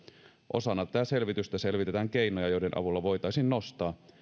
osana tätä selvitystä selvitetään keinoja joiden avulla voitaisiin nostaa